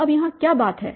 तो अब यहाँ क्या बात है